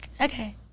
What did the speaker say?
okay